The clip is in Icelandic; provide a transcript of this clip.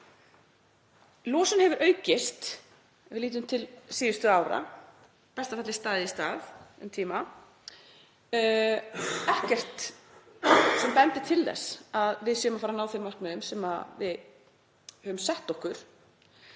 Losun hefur aukist ef við lítum til síðustu ára, í besta falli staðið í stað um tíma, og ekkert sem bendir til þess að við séum að fara að ná þeim markmiðum sem við höfum sett okkur.